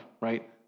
right